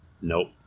Nope